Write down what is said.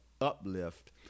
uplift